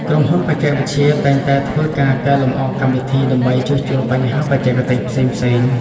ក្រុមហ៊ុនបច្ចេកវិទ្យាតែងតែធ្វើការកែលម្អកម្មវិធី ដើម្បីជួសជុលបញ្ហាបច្ចេកទេសផ្សេងៗ។